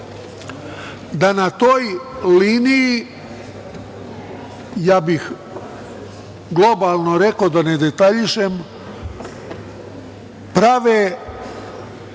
da na toj liniji, ja bih globalno rekao da ne detaljišem, prave